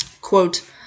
Quote